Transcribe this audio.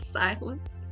silence